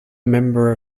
member